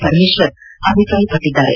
ಪರಮೇಶ್ವರ್ ಅಭಿಪ್ರಾಯಪಟ್ಟದ್ದಾರೆ